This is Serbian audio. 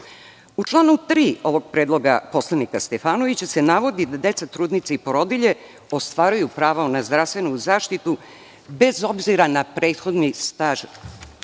članu 3. predloga poslanika Stefanovića se navodi da deca, trudnice i porodilje ostvaruju pravo nad zdravstvenom zaštitu, bez obzira na prethodni staž